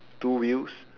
two wheels